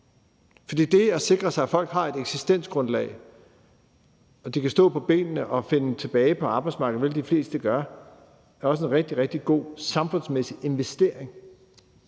for det at sikre, at folk har et eksistensgrundlag, og at de kan stå på benene og finde tilbage på arbejdsmarkedet, hvilket de fleste gør, er også en rigtig, rigtig god samfundsmæssig investering.